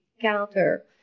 counter